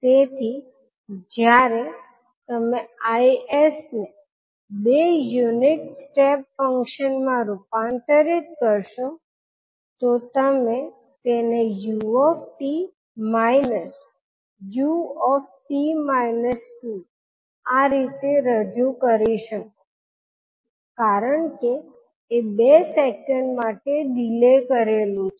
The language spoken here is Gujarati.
તેથી જયારે તમે Is ને બે યુનિટ સ્ટેપ ફંક્શન માં રૂપાંતરિત કરશો તો તમે તેને u𝑡 − 𝑢𝑡 − 2 આ રીતે રજુ કરી શકો કારણકે એ બે સેકન્ડ માટે ડિલે કરેલું છે